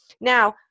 Now